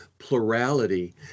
plurality